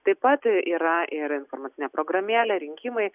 taip pat yra ir informacinė programėlė rinkimai